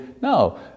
No